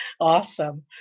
Awesome